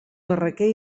barraquer